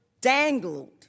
dangled